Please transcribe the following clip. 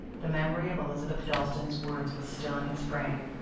the memory of elizabeth dalstan's words was still in his brain.